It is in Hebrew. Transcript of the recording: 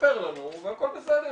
ספר לנו והכל בסדר.